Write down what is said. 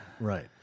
Right